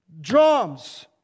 Drums